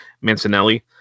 Mancinelli